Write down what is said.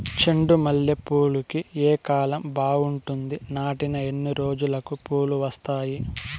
చెండు మల్లె పూలుకి ఏ కాలం బావుంటుంది? నాటిన ఎన్ని రోజులకు పూలు వస్తాయి?